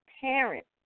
parents